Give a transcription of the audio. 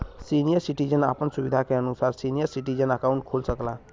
senior citizen आपन सुविधा के अनुसार सीनियर सिटीजन अकाउंट खोल सकला